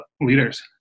leaders